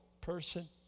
person